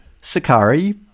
Sakari